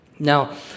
Now